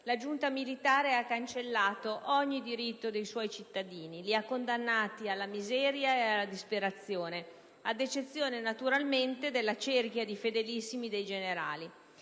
la giunta militare ha cancellato ogni diritto dei suoi cittadini, condannandoli alla miseria e alla disperazione, ad eccezione, naturalmente, della cerchia di fedelissimi dei generali.